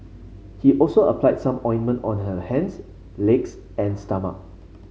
he also applied some ointment on her hands legs and stomach